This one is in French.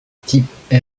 type